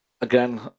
again